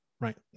right